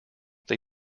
they